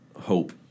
Hope